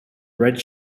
red